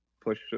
push